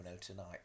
tonight